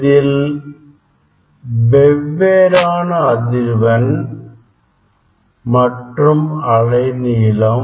இதில் வெவ்வேறான அதிர்வெண் மற்றும் அலை நீளம்